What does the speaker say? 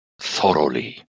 thoroughly